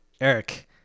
Eric